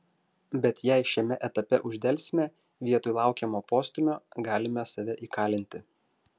bet jei šiame etape uždelsime vietoj laukiamo postūmio galime save įkalinti